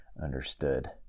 understood